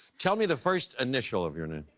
tell me the first initial of your name.